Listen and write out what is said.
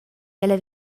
ella